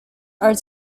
are